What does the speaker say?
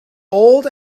old